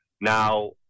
Now